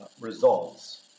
results